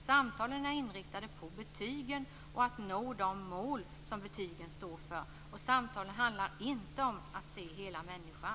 Samtalen är i stället inriktade på betygen och på att nå de mål som betygen står för. Samtalen handlar alltså inte om att se hela människan.